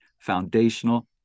foundational